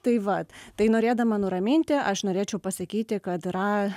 tai vat tai norėdama nuraminti aš norėčiau pasakyti kad yra